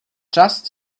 just